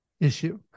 issue